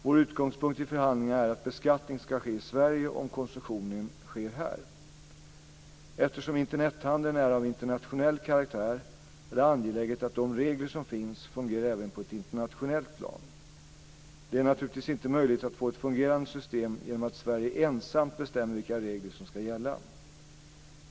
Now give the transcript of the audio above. Vår utgångspunkt i förhandlingarna är att beskattning ska ske i Sverige om konsumtionen sker här. Eftersom Internethandeln är av internationell karaktär är det angeläget att de regler som finns fungerar även på ett internationellt plan. Det är naturligtvis inte möjligt att få ett fungerande system genom att Sverige ensamt bestämmer vilka regler som ska gälla.